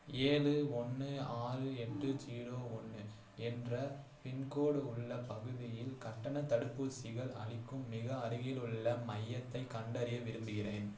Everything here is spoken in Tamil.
ஏழு ஒன்று ஆறு எட்டு ஜீரோ ஒன்று என்ற பின்கோடு உள்ள பகுதியில் கட்டணத் தடுப்பூசிகள் அளிக்கும் மிக அருகிலுள்ள மையத்தைக் கண்டறிய விரும்புகிறேன்